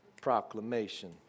Proclamation